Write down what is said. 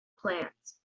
plants